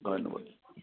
ধন্যবাদ